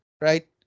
right